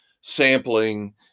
sampling